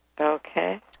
okay